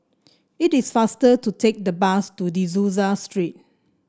it is faster to take the bus to De Souza Street